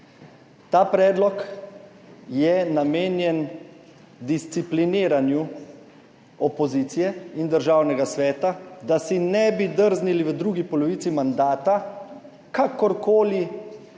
Ta predlog je namenjen discipliniranju opozicije in državnega sveta, da si ne bi drznili v drugi polovici mandata kakorkoli